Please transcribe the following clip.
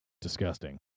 disgusting